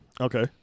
Okay